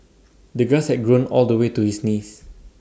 the grass had grown all the way to his knees